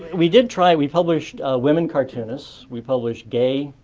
we did try. we published wimmen's cartoonist. we published gay,